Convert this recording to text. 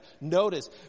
Notice